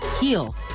heal